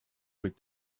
kuid